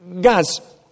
Guys